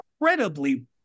incredibly